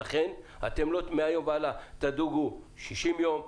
ולכן מהיום תדוגו 60 יום,